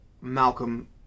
Malcolm